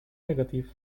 negative